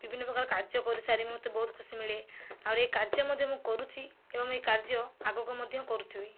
ବିଭିନ୍ନ ପ୍ରକାର କାର୍ଯ୍ୟ କରିସାରି ମୋତେ ବହୁତ ଖୁସି ମିଳେ ଆହୁରି ଏଇ କାର୍ଯ୍ୟ ମଧ୍ୟ ମୁଁ କରୁଛି ଏବଂ ଏହି କାର୍ଯ୍ୟ ଆଗକୁ ମଧ୍ୟ କରୁଥିବି